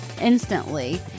instantly